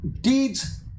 deeds